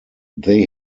they